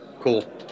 Cool